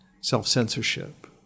self-censorship